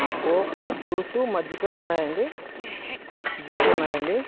coke juice మజ్జిగా ఉన్నాయా అండి డ్రింక్స్ ఉన్నాయా అండి